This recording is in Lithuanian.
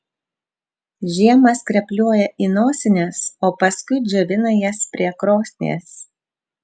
žiemą skrepliuoja į nosines o paskui džiovina jas prie krosnies